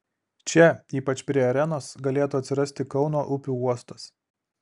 čia ypač prie arenos galėtų atsirasti kauno upių uostas